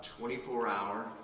24-hour